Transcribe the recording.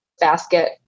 basket